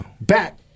back